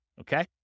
Okay